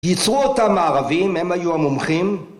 ייצרו אותם הערבים, הם היו המומחים.